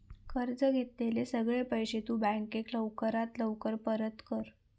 कर्ज घेतलेले सगळे पैशे तु बँकेक लवकरात लवकर परत कर